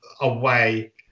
away